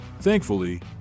Thankfully